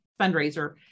fundraiser